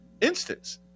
instance